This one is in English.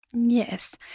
Yes